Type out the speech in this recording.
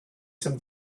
some